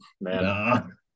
man